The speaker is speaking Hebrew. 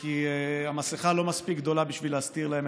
כי המסכה לא מספיק גדולה בשביל להסתיר להם